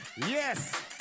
Yes